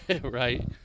right